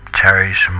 cherish